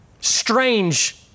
strange